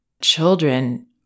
Children